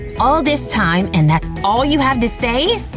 all this time and that's all you have to say!